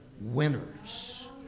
winners